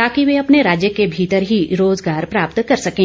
ताकि वे अपने राज्य के भीतर ही रोजगार प्राप्त कर सकें